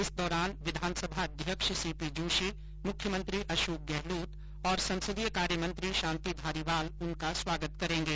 इस दौरान विधानसभा अध्यक्ष सीपी जोशी मुख्यमंत्री अशोक हुं गहलोत और संसदीय कार्य मंत्री शांति धारीवाल उनका स्वागत करेंगे